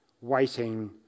waiting